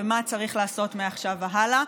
ומה צריך לעשות מעכשיו והלאה.